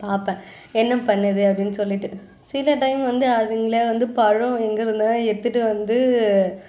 பார்ப்பேன் என்ன பண்ணுது அப்படின்னு சொல்லிவிட்டு சில டைம் வந்து அதுங்களே வந்து பழம் எங்கே இருந்தாவது எடுத்துகிட்டு வந்து